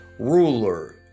ruler